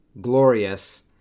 glorious